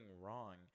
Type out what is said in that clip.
wrong